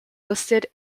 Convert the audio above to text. listed